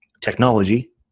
technology